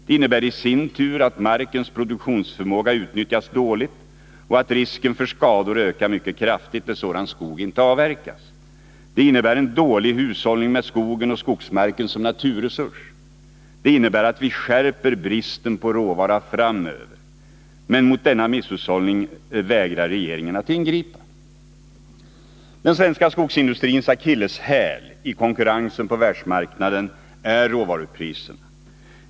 Det innebär i sin tur att markens produktionsförmåga utnyttjas dåligt och att risken för skador ökar mycket kraftigt när sådan skog inte avverkas. Det innebär en dålig hushållning med skogen och skogsmarken som naturresurs. Det innebär att vi skärper bristen på råvara framöver. Men mot denna misshushållning vägrar regeringen att ingripa. Den svenska skogsindustrins akilleshäl i konkurrensen på världsmarknaden är råvarupriserna.